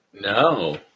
No